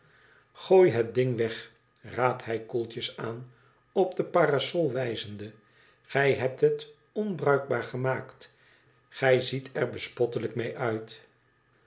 gooi het ding weg raadt hij koeltjes aan op de parasol wijzende gij hebt het onbruikbaar gemaakt gij ziet er bespottelijk mee uit